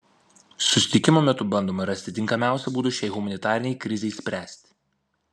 susitikimo metu bandoma rasti tinkamiausią būdą šiai humanitarinei krizei spręsti